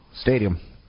stadium